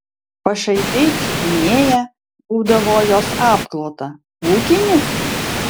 pašaipiai čiupinėja būdavo jos apklotą pūkinis